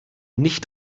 nicht